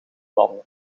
landen